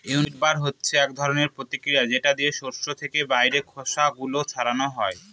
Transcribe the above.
উইন্ডবার হচ্ছে এক ধরনের প্রক্রিয়া যেটা দিয়ে শস্য থেকে বাইরের খোসা গুলো ছাড়ানো হয়